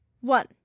one